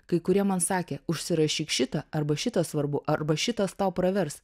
kai kurie man sakė užsirašyk šitą arba šitą svarbu arba šitas tau pravers